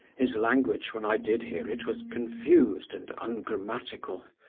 his language, when i did hear it, was confused and ungrammatical.